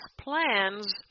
plans